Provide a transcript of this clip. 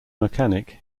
mechanic